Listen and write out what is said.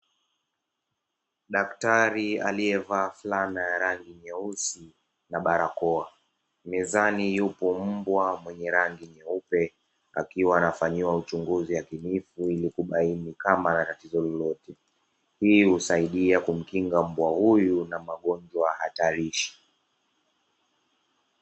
Daktari aliyevaa flana ya rangi nyeusi na barakoa, mezani yupo mbwa mwenye rangi nyeupe akiiwa anafanyiwa uchunguzi yakinifu, ili kubaini kama ana tatizo lolote. Hii husaidia kumkinga mbwa huyu na magonjwa hatarishi.